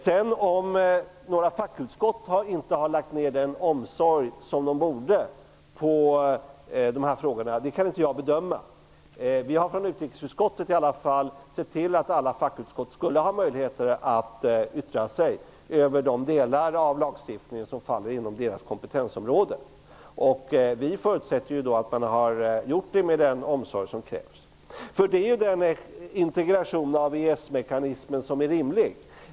Om sedan några fackutskott inte har lagt ned den omsorg som de borde ägna åt dessa frågor kan jag inte bedöma. Vi har i varje fall från utrikesutskottet tillsett att alla fackutskott skulle få möjligheter att yttra sig över de delar av lagstiftningen som faller inom deras kompetensområde. Vi förutsätter att man har gjort detta med den omsorg som krävs. Detta är den integration av EES-mekanismen som är rimlig.